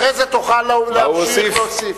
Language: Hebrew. אחרי זה תוכל להמשיך להוסיף.